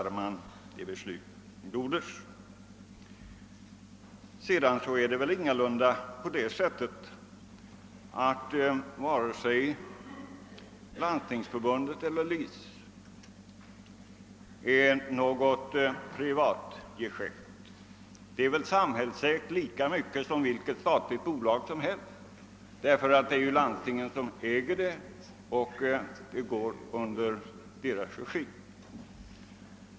Det är väl ingalunda på det sätiet att vare sig Landstingsförbundet eller LIC är något privatgeschäft. LIC är samhällsägt precis lika mycket som vilket statligt bolag som helst; det är ju landstingen som äger det, och det drivs i deras regi.